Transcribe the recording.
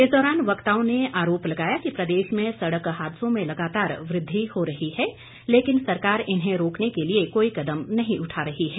इस दौरान वक्ताओं ने आरोप लगाया कि प्रदेश में सड़क हादसों में लगातार वृद्वि हो रही है लेकिन सरकार इन्हें रोकने के लिए कोई कदम नहीं उठा रही है